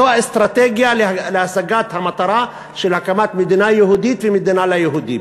זאת האסטרטגיה להשגת המטרה של הקמת מדינה יהודית ומדינה ליהודים,